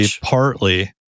partly